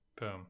Boom